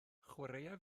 chwaraea